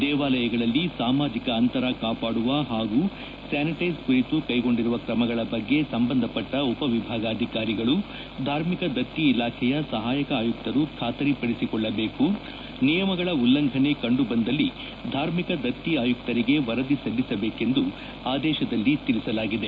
ದೇವಾಲಯಗಳಲ್ಲಿ ಸಾಮಾಜಿಕ ಅಂತರ ಕಾಪಾಡುವ ಹಾಗೂ ಸ್ಥಾನಿಟೈಸ್ ಕುರಿತು ಕೈಗೊಂಡಿರುವ ತ್ರಮಗಳ ಬಗ್ಗೆ ಸಂಬಂಧಪಟ್ಟ ಉಪ ವಿಭಾಗಾಧಿಕಾರಿಗಳು ಧಾರ್ಮಿಕ ದತ್ತಿ ಇಲಾಖೆಯ ಸಹಾಯಕ ಆಯುಕ್ತರು ಬಾತರಿಪಡಿಸಿಕೊಳ್ಳಬೇಕು ನಿಯಮಗಳ ಉಲ್ಲಂಘನೆ ಕಂಡುಬಂದಲ್ಲಿ ಧಾರ್ಮಿಕ ದತ್ತಿ ಆಯುಕ್ತರಿಗೆ ವರದಿ ಸಲ್ಲಿಸಬೇಕೆಂದು ಆದೇಶದಲ್ಲಿ ತಿಳಿಸಲಾಗಿದೆ